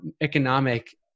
economic